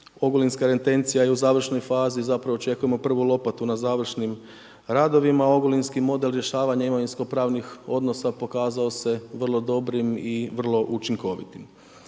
Ogulinska retencija je u završnoj fazi, zapravo, očekujemo prvu lopatu na završnim radovima. Ogulinski model rješavanja imovinskopravnih odnosa pokazao se vrlo dobrim i vrlo učinkovitim.